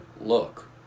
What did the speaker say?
look